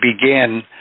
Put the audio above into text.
begin